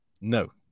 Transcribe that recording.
No